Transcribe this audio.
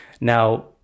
Now